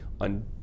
on